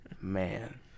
Man